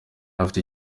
afite